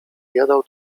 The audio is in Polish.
jadał